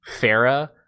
Farah